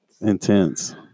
intense